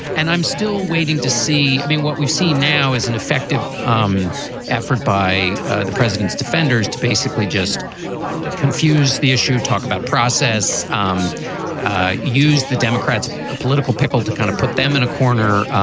and i'm still waiting to see. i mean, what we've seen now is an effective um effort by the president's defenders to basically just confuse the issue. talk about process. um use the democrats ah political pickle to kind of put them in a corner